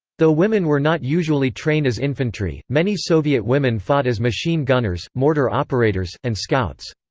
though women were not usually trained as infantry, many soviet women fought as machine gunners, mortar operators, and scouts.